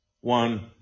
one